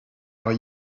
are